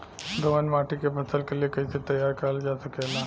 दोमट माटी के फसल के लिए कैसे तैयार करल जा सकेला?